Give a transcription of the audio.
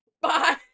Bye